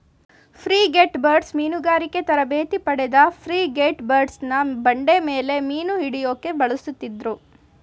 frigatebirds ಮೀನುಗಾರಿಕೆ ತರಬೇತಿ ಪಡೆದ ಫ್ರಿಗೇಟ್ಬರ್ಡ್ನ ಬಂಡೆಮೇಲೆ ಮೀನುಹಿಡ್ಯೋಕೆ ಬಳಸುತ್ತಿದ್ರು